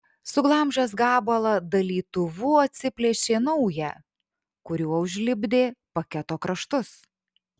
suglamžęs gabalą dalytuvu atsiplėšė naują kuriuo užlipdė paketo kraštus